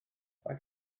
faint